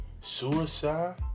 suicide